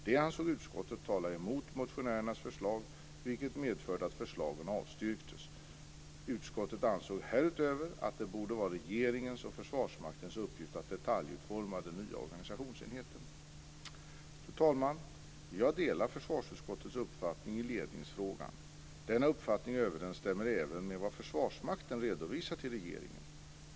Detta ansåg utskottet tala emot motionärernas förslag, vilket medförde att förslagen avstyrktes. Utskottet ansåg härutöver att det borde vara regeringens och Försvarsmaktens uppgift att detaljutforma den nya organisationsenheten. Fru talman! Jag delar försvarsutskottets uppfattning i ledningsfrågan. Denna uppfattning överensstämmer även med vad Försvarsmakten redovisat till regeringen.